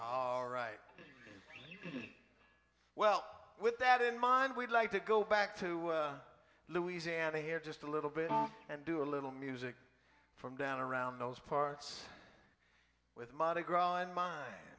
all right well with that in mind we'd like to go back to louisiana here just a little bit and do a little music from down around those parts with monogram on mine